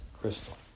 crystal